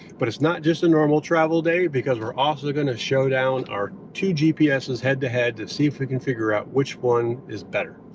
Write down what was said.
but it's not just a normal travel day because we're also gonna show down our two gps's head to head to see if we can figure out which one is better.